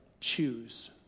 choose